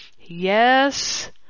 Yes